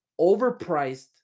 overpriced